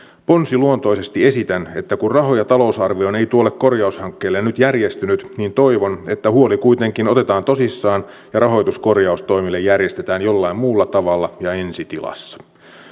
ponsiluontoisesti esitän että kun rahoja talousarvioon ei tuolle korjaushankkeelle nyt järjestynyt niin toivon että huoli kuitenkin otetaan tosissaan ja rahoitus korjaustoimille järjestetään jollain muulla tavalla ja ensi tilassa